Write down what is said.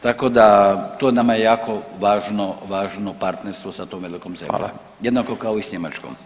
Tako da, to nama jako važno, važno partnerstvo sa tom velikom zemljom [[Upadica: Hvala.]] jednako kao i s Njemačkom.